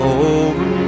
over